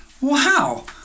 wow